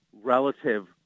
relative